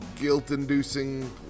guilt-inducing